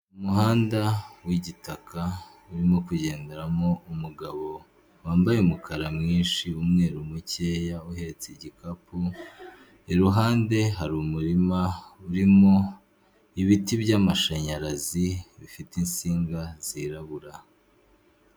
Umuhanda w'igitaka urimo kugenderamo umugabo wambaye umukara mwinshi umweru mukeya uhetse igikapu iruhande hari umurima urimo ibiti by'amashanyarazi bifite insinga zirabura.